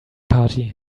party